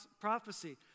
prophecy